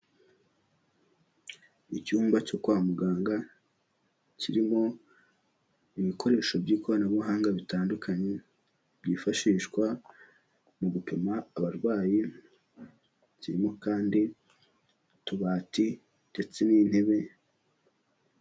Icyumba cyo kwa muganga, kirimo, ibikoresho by'ikoranabuhanga bitandukanye, byifashishwa, mu gupima abarwayi, Kirimo kandi, utubati, ndetse n'intebe.